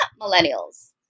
millennials